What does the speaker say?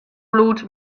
lûd